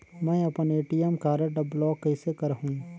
मै अपन ATM card ल ब्लाक कइसे करहूं?